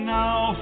now